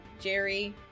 Jerry